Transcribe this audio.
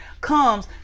comes